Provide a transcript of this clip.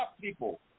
people